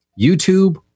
YouTube